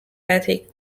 ethnic